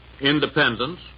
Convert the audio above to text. independence